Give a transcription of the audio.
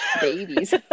babies